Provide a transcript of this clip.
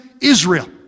Israel